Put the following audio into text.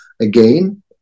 Again